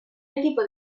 equipo